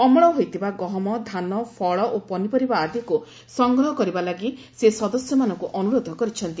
ଅମଳ ହୋଇଥିବା ଗହମ ଧାନ ଫଳ ଓ ପନିପରିବା ଆଦିକୁ ସଂଗ୍ରହ କରିବା ଲାଗି ସେ ସଦସ୍ୟମାନଙ୍କ ଅନ୍ତରୋଧ କରିଛନ୍ତି